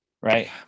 right